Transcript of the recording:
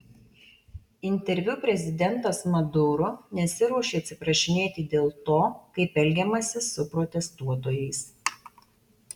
interviu prezidentas maduro nesiruošė atsiprašinėti dėl to kaip elgiamasi su protestuotojais